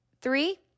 three